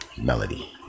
Melody